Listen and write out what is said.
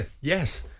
Yes